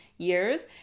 years